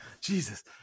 Jesus